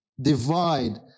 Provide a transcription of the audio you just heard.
divide